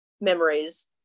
memories